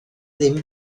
ddim